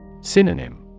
Synonym